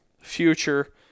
future